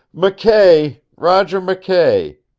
mckay, roger mckay,